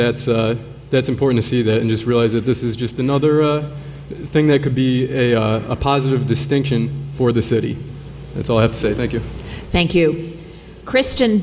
that's important to see that just realize that this is just another thing that could be a positive distinction for the city that's all i have to say thank you thank you christian